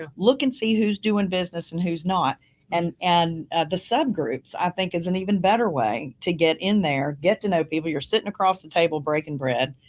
ah look and see who's doing business and who's not and and the subgroups, i think is an even better way to get in there, get to know people you're sitting across the table, breaking bread.